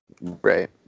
Right